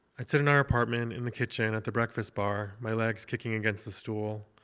i'd sit in our apartment, in the kitchen, at the breakfast bar, my legs kicking against the stool.